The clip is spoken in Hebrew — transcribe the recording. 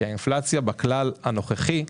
כי הכלל הנוכחי,